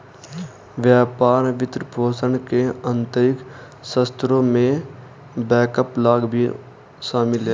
व्यापार वित्तपोषण के आंतरिक स्रोतों में बैकअप लाभ भी शामिल हैं